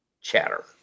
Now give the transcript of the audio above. chatter